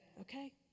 Okay